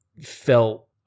felt